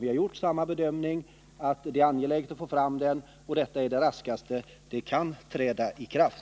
Vi har gjort samma bedömning, nämligen "att det är angeläget att få fram reformen, och den 1 januari är när den tidigast kan träda i kraft.